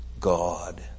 God